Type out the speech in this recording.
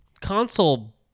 console